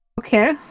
Okay